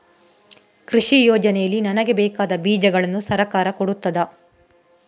ಕೃಷಿ ಯೋಜನೆಯಲ್ಲಿ ನನಗೆ ಬೇಕಾದ ಬೀಜಗಳನ್ನು ಸರಕಾರ ಕೊಡುತ್ತದಾ?